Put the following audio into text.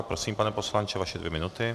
Prosím, pane poslanče, vaše dvě minuty.